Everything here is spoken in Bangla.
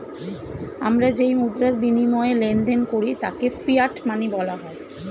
আমরা যেই মুদ্রার বিনিময়ে লেনদেন করি তাকে ফিয়াট মানি বলা হয়